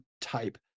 type